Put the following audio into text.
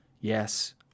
yes